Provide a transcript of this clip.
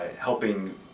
Helping